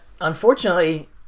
unfortunately